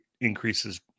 increases